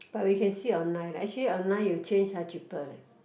but we can see online leh actually online you change ah cheaper leh